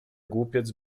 głupiec